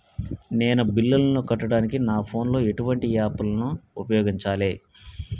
నేను బిల్లులను కట్టడానికి నా ఫోన్ లో ఎటువంటి యాప్ లను ఉపయోగించాలే?